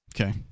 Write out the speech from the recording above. okay